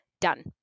done